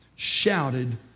shouted